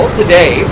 today